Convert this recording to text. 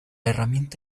herramienta